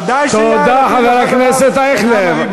ודאי שיאיר לפיד, תודה לחבר הכנסת אייכלר.